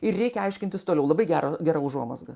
ir reikia aiškintis toliau labai gera gera užuomazga